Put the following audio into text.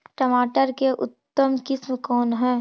टमाटर के उतम किस्म कौन है?